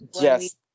yes